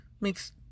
makes